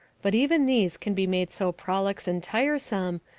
but even these can be made so prolix and tiresome,